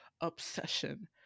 obsession